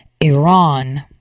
Iran